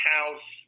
House